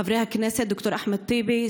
חברי הכנסת ד"ר אחמד טיבי,